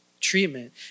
treatment